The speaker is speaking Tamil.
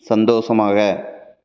சந்தோஷமாக